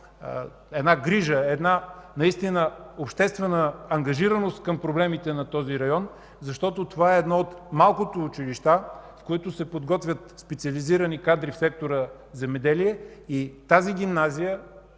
една грижа, една наистина обществена ангажираност към проблемите на този район, защото това е едно от малките училища, в които се подготвят специализирани кадри в сектор „Земеделие”. Тази гимназия,